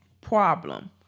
problem